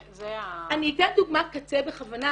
זה ה- -- אני אתן דוגמת קצה בכוונה,